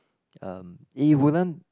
um it wouldn't